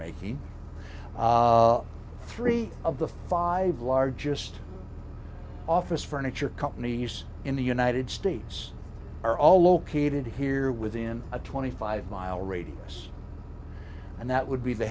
making three of the five largest office furniture companies in the united states are all located here within a twenty five mile radius and that would be the